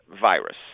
virus